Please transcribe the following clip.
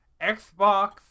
Xbox